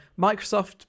Microsoft